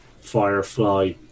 Firefly